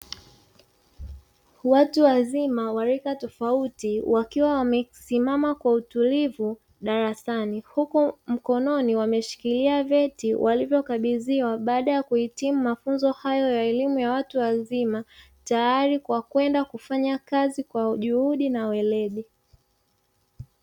Watu wazima wa rika tofauti wakiwa wamesimama kwa utulivu darasani, huku mkononi wameshikilia vyeti walivyokabidhiwa baada ya kuhitimu mafunzo hayo ya elimu ya watu wazima, tayari kwa kwenda kufanya kazi kwa juhudi na ueledi